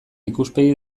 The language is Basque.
ikuspegi